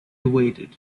waited